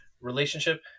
relationship